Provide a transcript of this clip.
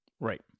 right